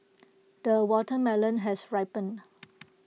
the watermelon has ripened